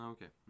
Okay